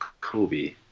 Kobe